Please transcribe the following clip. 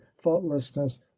faultlessness